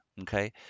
okay